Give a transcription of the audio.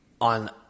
on